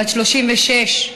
בת 36,